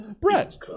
Brett